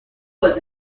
was